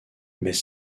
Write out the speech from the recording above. mais